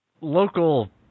local